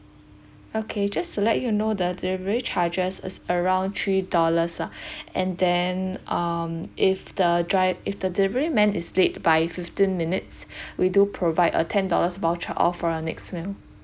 okay just to let you know the delivery charges is around three dollars lah and then um if the drive if the delivery man is late by fifteen minutes we do provide a ten dollars voucher off for your next meal